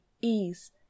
ease